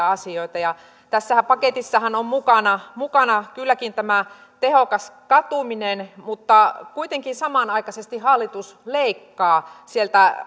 asioita tässä paketissahan on mukana mukana kylläkin tämä tehokas katuminen mutta kuitenkin samanaikaisesti hallitus leikkaa sieltä